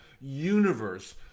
universe